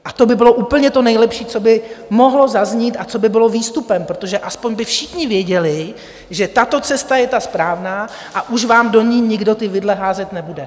A to by bylo úplně to nejlepší, co by mohlo zaznít a co by bylo výstupem, protože aspoň by všichni věděli, že tato cesta je ta správná a už vám do ní nikdo ty vidle házet nebude.